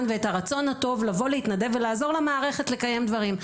ואת הרצון הטוב לבוא להתנדב ולעזור למערכת לקיים דברים.